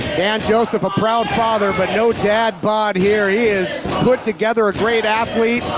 dan joseph, a proud father but no dad bod here! he is put together, a great athlete,